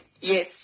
Yes